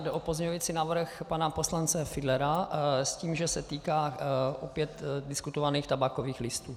Jde o pozměňovací návrh pana poslance Fiedlera s tím, že se týká opět diskutovaných tabákových listů.